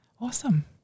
Awesome